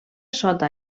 sota